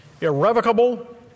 irrevocable